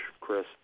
Chris